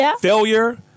Failure